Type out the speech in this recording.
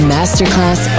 Masterclass